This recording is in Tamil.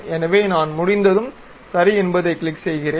எனவே நான் முடிந்ததும் சரி என்பதைக் கிளிக் செய்கிறேன்